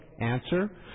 Answer